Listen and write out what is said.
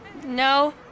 No